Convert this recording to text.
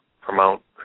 promote